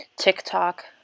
TikTok